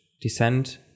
descent